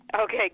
Okay